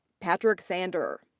patrick sandor.